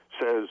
says